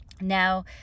Now